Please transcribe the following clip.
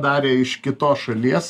darė iš kitos šalies